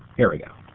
here we go.